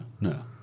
No